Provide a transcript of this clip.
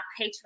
Patreon